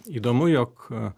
įdomu jog